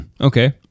Okay